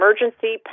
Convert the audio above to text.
emergency